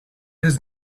his